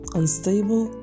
unstable